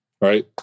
right